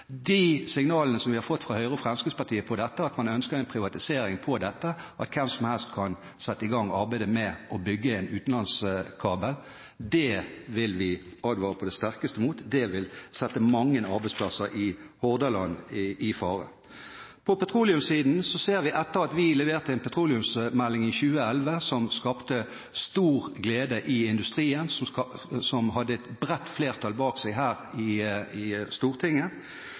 De signalene vi har fått fra Høyre og Fremskrittspartiet – at man ønsker en privatisering av dette, at hvem som helst kan sette i gang arbeidet med å bygge en utenlandskabel – vil vi advare på det sterkeste mot. Det vil sette mange arbeidsplasser i Hordaland i fare. På petroleumssiden: Vi leverte en petroleumsmelding i 2011, som skapte stor glede i industrien, og som hadde et bredt flertall bak seg her i Stortinget,